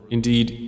Indeed